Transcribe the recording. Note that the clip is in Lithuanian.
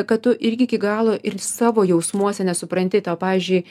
kad tu irgi iki galo ir savo jausmuose nesupranti tau pavyzdžiui